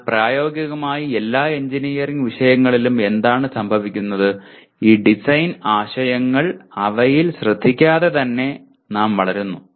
എന്നാൽ പ്രായോഗികമായി എല്ലാ എഞ്ചിനീയറിംഗ് വിഷയങ്ങളിലും എന്താണ് സംഭവിക്കുന്നത് ഈ ഡിസൈൻ ആശയങ്ങൾ അവയിൽ ശ്രദ്ധിക്കാതെ തന്നെ നാം വളരുന്നു